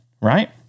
right